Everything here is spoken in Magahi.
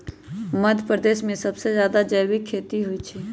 मध्यप्रदेश में सबसे जादा जैविक खेती होई छई